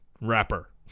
rapper